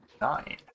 Nine